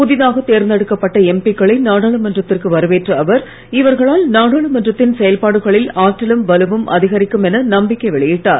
புதிதாக தேர்ந்தெடுக்கப்பட்ட எம்பிக்களை நாடாளுமன்றத்திற்கு வரவேற்ற அவர் இவர்களால் நாடாளுமன்றத்தின் செயல்பாடுகளில் ஆற்றலும் வலுவும் அதிகரிக்கும் என நம்பிக்கை வெளியிட்டார்